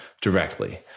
directly